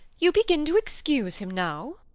you begin to excuse him now!